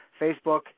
Facebook